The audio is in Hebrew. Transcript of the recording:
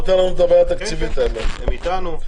הם איתנו.